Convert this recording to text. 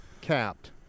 capped